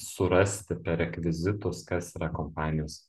surasti per rekvizitus kas yra kompanijos